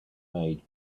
made